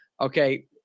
Okay